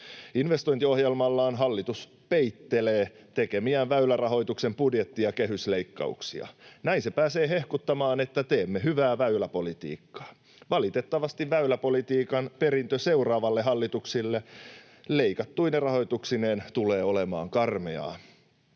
Investointiohjelmallaan hallitus peittelee tekemiään väylärahoituksen budjetti- ja kehysleikkauksia. Näin se pääsee hehkuttamaan, että teemme hyvää väyläpolitiikkaa. Valitettavasti väyläpolitiikan perintö seuraaville hallituksille leikattuine rahoituksineen tulee olemaan karmeaa.